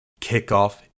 Kickoff